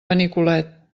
benicolet